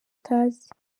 utazi